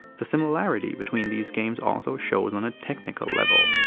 the similarity between these games also shows on a technical level.